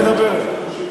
מפלגת העבודה מדברת.